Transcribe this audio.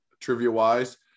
trivia-wise